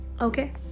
okay